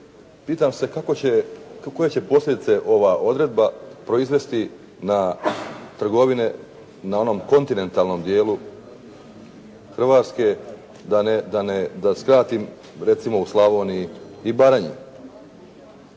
pitam se kako će, koje će posljedice ova odredba proizvesti na trgovine na onom kontinentalnom dijelu Hrvatske. Da ne, da skratim recimo u Slavoniji i Baranji.